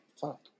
fuck